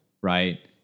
right